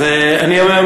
אז אני אומר,